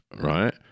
right